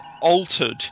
altered